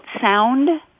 Sound